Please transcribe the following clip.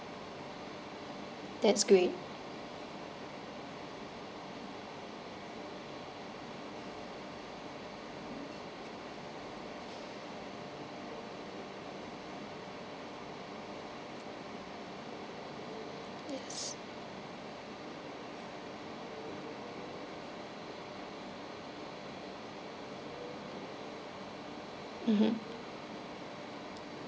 that's great mmhmm